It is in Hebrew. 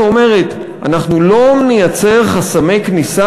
שאומרת: אנחנו לא נייצר חסמי כניסה